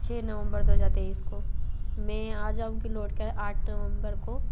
छः नवम्बर दो हज़ार तेईस को मैं आ जाऊँगी लौट कर आठ नवंबर को